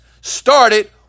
started